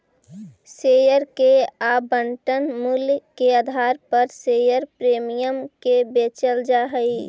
share के आवंटन मूल्य के आधार पर शेयर प्रीमियम के बेचल जा हई